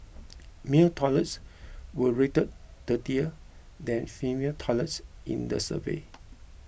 male toilets were rated dirtier than female toilets in the survey